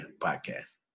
podcast